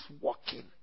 walking